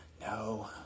No